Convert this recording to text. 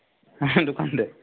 দোকানতে